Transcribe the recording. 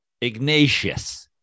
Ignatius